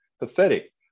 pathetic